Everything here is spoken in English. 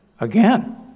again